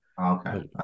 Okay